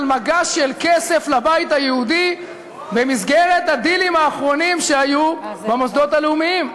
מגש של כסף לבית היהודי במסגרת הדילים האחרונים שהיו במוסדות הלאומיים?